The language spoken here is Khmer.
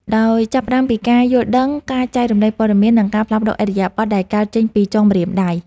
ដោយចាប់ផ្ដើមពីការយល់ដឹង ការចែករំលែកព័ត៌មាន និងការផ្លាស់ប្តូរឥរិយាបថដែលកើតចេញពីចុងម្រាមដៃ។